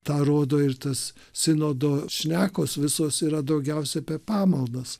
tą rodo ir tas sinodo šnekos visos yra daugiausia apie pamaldas